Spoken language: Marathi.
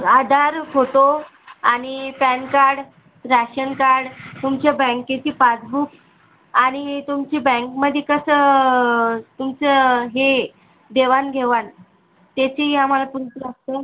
आधार फोटो आणि पॅन कार्ड राशन कार्ड तुमच्या बँकेची पासबुक आणि तुमची बँकमध्ये कसं तुमचं हे देवाण घेवाण त्याचं आम्हाला प्रूफ लागतं